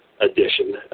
edition